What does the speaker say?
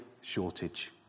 shortage